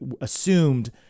assumed